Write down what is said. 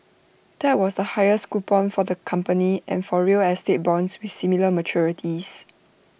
that was the highest coupon for the company and for real estate bonds with similar maturities